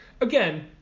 Again